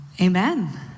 Amen